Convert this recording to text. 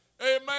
amen